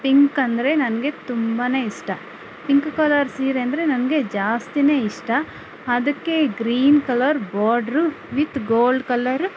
pink ಅಂದರೆ ನನಗೆ ತುಂಬಾನೆ ಇಷ್ಟ ಪಿಂಕ್ ಕಲರ್ ಸೀರೆ ಅಂದರೆ ನನಗೆ ಜಾಸ್ತಿನೇ ಇಷ್ಟ ಅದಕ್ಕೆ green colour border with gold colour